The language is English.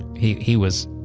he he was,